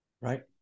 Right